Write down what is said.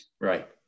Right